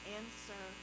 answer